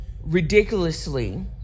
ridiculously